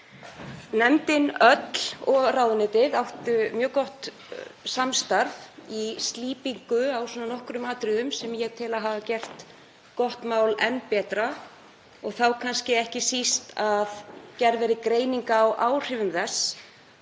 Nefndin öll og ráðuneytið áttu mjög gott samstarf í slípingu á nokkrum atriðum sem ég tel að hafi gert gott mál enn betra og þá kannski ekki síst að gerð verði greining á áhrifum þess